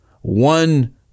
one